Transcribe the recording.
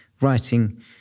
writing